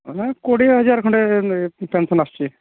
ହଁ ମ କୋଡ଼ିଏ ହଜାର ଖଣ୍ଡେ ପେନସନ୍ ଆସୁଛି